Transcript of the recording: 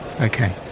Okay